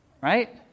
right